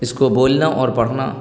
اس کو بولنا اور پڑھنا